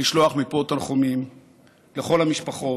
לשלוח מפה תנחומים לכל המשפחות,